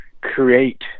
create